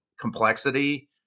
complexity